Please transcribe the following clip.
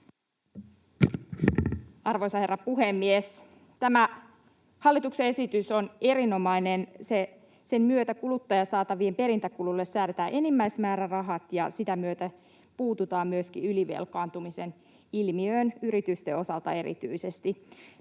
Arvoisa herra puhemies! Tämä hallituksen esitys on erinomainen. Sen myötä kuluttajasaatavien perintäkuluille säädetään enimmäismäärärahat ja sitä myötä puututaan myöskin ylivelkaantumisen ilmiöön erityisesti yritysten